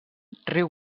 riu